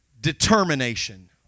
determination